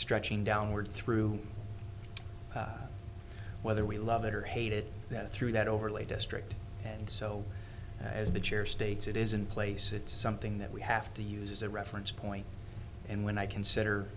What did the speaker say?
stretching downward through whether we love it or hate it that through that overlay district and so as the chair states it is in place it's something that we have to use as a reference point and when i consider